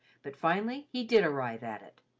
but finally he did arrive at it.